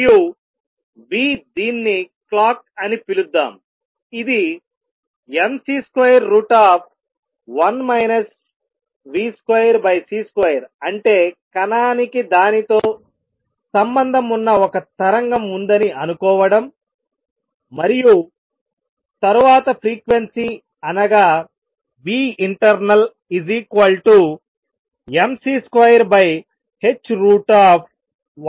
మరియు ν దీన్ని క్లాక్ అని పిలుద్దాం ఇది mc21 v2c2 అంటే కణానికి దానితో సంబంధం ఉన్న ఒక తరంగం ఉందని అనుకోవడం మరియు తరువాత ఫ్రీక్వెన్సీ అనగా internal mc2h1 v2c2